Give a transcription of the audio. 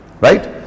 Right